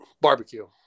barbecue